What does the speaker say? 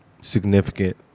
significant